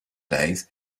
days